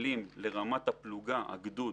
כלים לרמת הפלוגה, הגדוד